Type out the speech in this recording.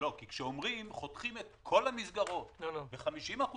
כשאומרים שחותכים את כל המסגרות ב-50%,